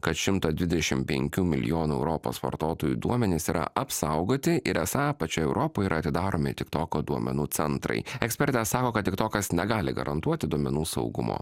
kad šimta dvidešimt penkių milijonų europos vartotojų duomenys yra apsaugoti ir esą pačioj europoj yra atidaromi tiktoko duomenų centrai ekspertė sako tiktokas negali garantuoti duomenų saugumo